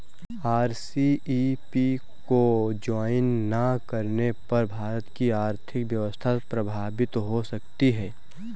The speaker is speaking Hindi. आर.सी.ई.पी को ज्वाइन ना करने पर भारत की आर्थिक व्यवस्था प्रभावित हो सकती है